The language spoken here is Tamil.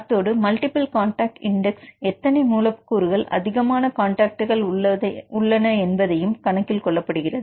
அத்தோடு மல்டிபிள் கான்டக்ட் இன்டெக்ஸ் எத்தனை மூலக்கூறுகள் அதிகமான கான்டக்ட்கள் உள்ளன என்பதையும் கணக்கில் கொள்ளப்படுகிறது